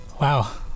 Wow